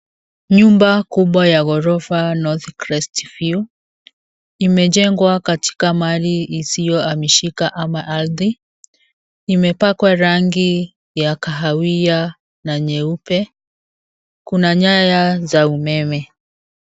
Nyumba kubwa ya ghorofa Northcrest View imejengwa katika mali isiyohamishika ama ardhi. Imepakwa rangi ya kahawia na nyeupe. Kuna nyaya za umeme.